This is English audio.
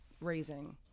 raising